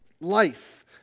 life